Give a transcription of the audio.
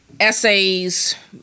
essays